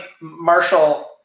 Marshall